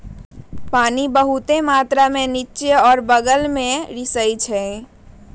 पानी बहुतेक मात्रा में निच्चे आ बगल में रिसअई छई